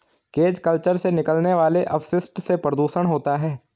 cage culture से निकलने वाले अपशिष्ट से प्रदुषण होता है